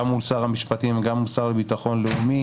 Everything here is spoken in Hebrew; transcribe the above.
גם מול שר המשפטים וגם מול השר לביטחון לאומי.